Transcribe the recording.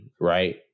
right